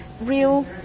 real